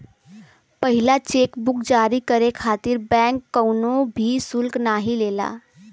पहिला cheque book जारी करे खातिर बैंक कउनो भी शुल्क नाहीं लेला